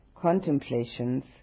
contemplations